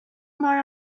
more